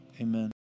Amen